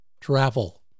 travel